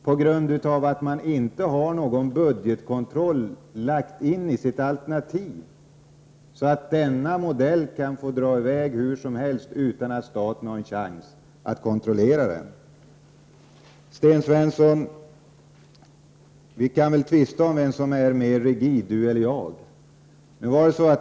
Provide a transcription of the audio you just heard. Moderaterna har nämligen inte lagt in någon budgetkontroll i sitt alternativ, och denna modell kan därmed få dra i väg hur som helst, utan att staten har en chans att kontrollera den. Visst kan vi tvista om vem som är mer rigid, Sten Svensson eller jag.